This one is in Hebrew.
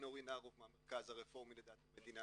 אני מהמרכז הרפורמי לדת ומדינה.